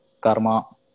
Karma